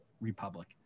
republic